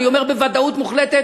אני אומר בוודאות מוחלטת,